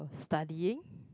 studying